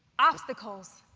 obstacles,